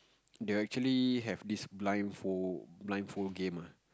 they will actually have this blindfold blindfold game ah